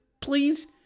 please